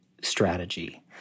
strategy